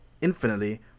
infinitely